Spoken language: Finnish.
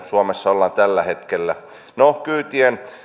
suomessa ollaan tällä hetkellä no kyytien